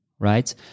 right